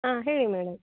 ಹಾಂ ಹೇಳಿ ಮೇಡಮ್